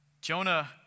Jonah